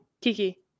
kiki